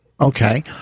Okay